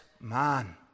man